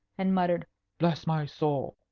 and muttered bless my soul!